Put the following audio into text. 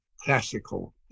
classical